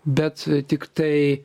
bet tiktai